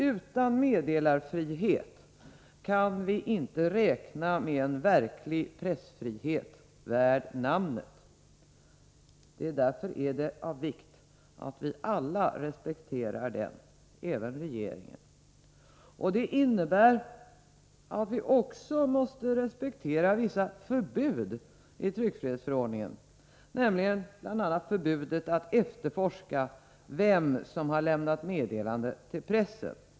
Utan meddelarfrihet kan vi inte räkna med en verklig pressfrihet värd namnet. Därför är det av vikt att vi alla respekterar den, även regeringen. Det innebär att vi också måste respektera vissa förbud i tryckfrihetsförordningen, bl.a. förbudet att efterforska vem som har lämnat meddelandet till pressen.